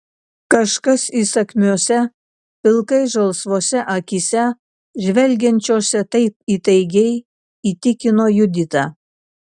kažkas įsakmiose pilkai žalsvose akyse žvelgiančiose taip įtaigiai įtikino juditą